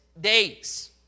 days